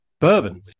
bourbon